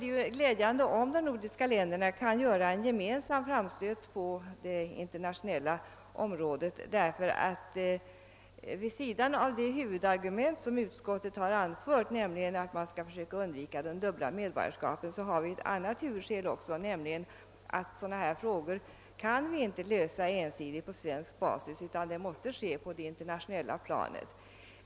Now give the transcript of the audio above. Det vore glädjande, om de nordiska länderna kunde göra en gemensam framstöt på det internationella området. Vid sidan av det huvudargument som utskottet har anfört — att man bör försöka undvika de dubbla medborgarskapen — finns ett annat huvudskäl, nämligen att sådana här frågor inte kan lösas ensidigt på svensk basis, utan de måste lösas på det internationella planet.